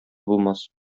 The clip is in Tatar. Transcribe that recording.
булмас